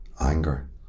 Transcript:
anger